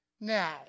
Now